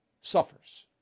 suffers